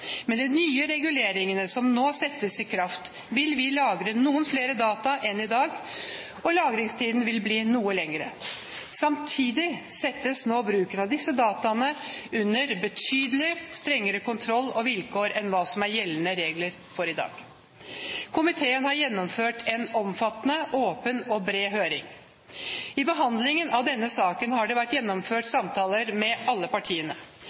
Med de nye reguleringene som nå settes i kraft, vil vi lagre noen flere data enn i dag, og lagringstiden vil bli noe lengre. Samtidig settes nå bruken av disse dataene under betydelig strengere kontroll og vilkår enn hva som er gjeldende regler i dag. Komiteen har gjennomført en omfattende, åpen og bred høring. I behandlingen av denne saken har det vært gjennomført samtaler med alle partiene